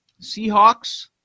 Seahawks